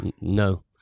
No